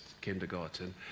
kindergarten